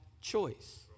choice